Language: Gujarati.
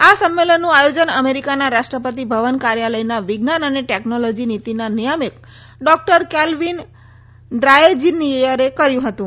આ સંમેલનનું આયોજન અમેરિકાના રાષ્ટ્રપતિ ભવન કાર્યલયના વિજ્ઞાન અને ટેકનોલોજી નિતીના નિયામક ડૉક્ટર કૈલવિન ડ્રાએજીનિયરે કર્યુ હતુ